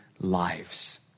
lives